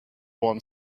one